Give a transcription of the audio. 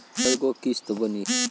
कय गो किस्त बानी?